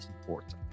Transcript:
important